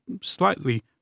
slightly